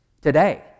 today